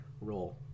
role